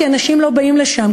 כי אנשים לא באים לשם.